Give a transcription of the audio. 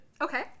Okay